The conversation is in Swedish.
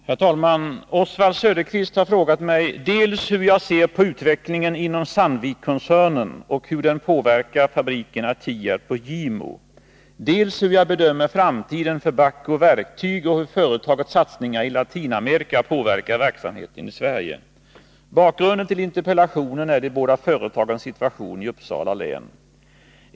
Herr talman! Oswald Söderqvist har frågat mig dels hur jag ser på utvecklingen inom Sandvikkoncernen och hur den påverkar fabrikerna i Tierp och Gimo, dels hur jag bedömer framtiden för Bahco Verktyg och hur företagets satsningar i Latinamerika påverkar verksamheten i Sverige. Bakgrunden till interpellationen är de båda företagens situation i Uppsala län.